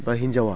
बा हिन्जावा